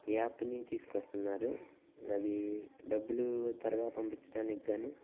యాప్ని తీసుకొస్తున్నారు అవి డబ్బులు త్వరగా పంపించటానికి కానీ